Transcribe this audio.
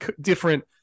different